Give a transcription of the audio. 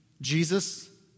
Jesus